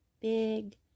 big